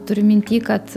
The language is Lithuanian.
turiu minty kad